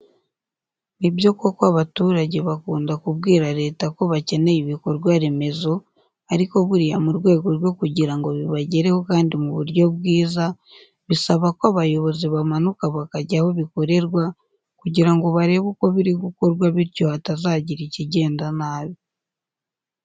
Ni byo koko abaturage bakunda kubwira Leta ko bakeneye ibikorwa remezo ariko buriya mu rwego rwo kugira ngo bibagereho kandi mu buryo bwiza, bisaba ko abayobozi bamanuka bakajya aho bikorerwa kugira ngo barebe uko biri gukorwa bityo hatazagira ikigenda nabi.